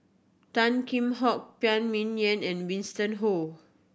Tan Kheam Hock Phan Ming Yen and Winston